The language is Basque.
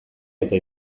eta